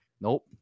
Nope